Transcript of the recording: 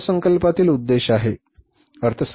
हा अर्थसंकल्पातील उद्देश आहे बरोबर